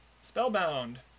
Spellbound